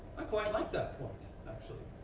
i quite like that point, actually.